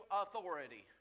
authority